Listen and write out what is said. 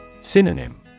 Synonym